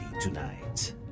tonight